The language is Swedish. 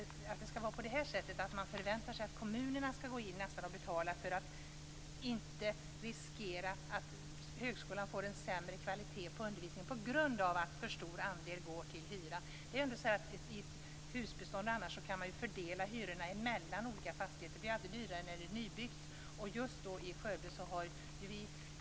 Men man kan inte förvänta sig att kommunerna skall gå in och betala, för att inte riskera att högskolan får en sämre kvalitet på undervisningen på grund av att en för stor andel av anslaget går till hyror. I andra husbestånd kan man fördela hyrorna mellan olika fastigheter; det blir alltid dyrare när det är nybyggt.